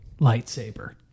lightsaber